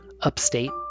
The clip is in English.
upstate